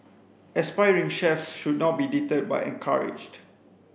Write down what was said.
aspiring chefs should not be deterred but encouraged